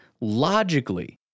logically